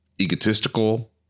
egotistical